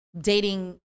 dating